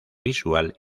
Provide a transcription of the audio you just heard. visual